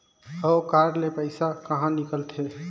हव कारड ले पइसा कहा निकलथे?